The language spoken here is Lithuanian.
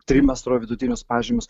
trimestro vidutinius pažymius